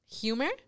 Humor